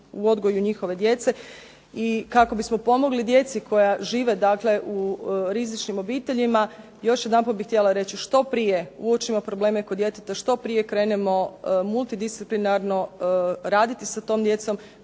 u odgoju njihove djece i kako bismo pomogli djeci koja žive u rizičnim obiteljima. Još jedanput bih htjela reći, što prije uočimo probleme kod djeteta, što prije krenemo multidisciplinarno raditi sa tom djecom